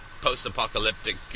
post-apocalyptic